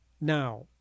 now